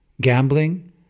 gambling